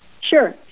Sure